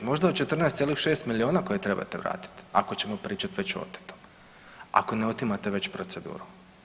Možda o 14,6 miliona koje trebate vratiti ako ćemo pričat već o otetom, ako ne otimate već proceduru.